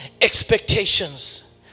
expectations